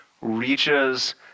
reaches